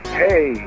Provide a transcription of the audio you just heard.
hey